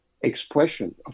expression